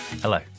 Hello